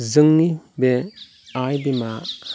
जोंनि बे आइ बिमा